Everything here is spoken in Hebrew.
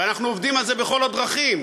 ואנחנו עובדים על זה בכל הדרכים: